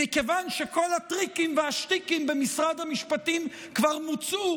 מכיוון שכל הטריקים והשטיקים במשרד המשפטים כבר מוצו,